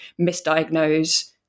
misdiagnose